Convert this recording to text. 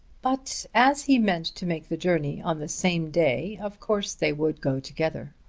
but as he meant to make the journey on the same day of course they would go together.